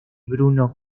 bruno